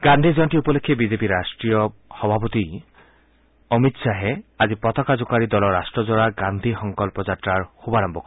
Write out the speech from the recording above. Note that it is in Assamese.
গান্ধী জয়ন্তী উপলক্ষে বিজেপিৰ ৰাষ্ট্ৰীয় সভাপতি অমিত শ্বাহে আজি পতাকা জোকাৰি দলৰ ৰাট্টজোৰা গান্ধী সংকল্প যাত্ৰাৰ শুভাৰম্ভ কৰিব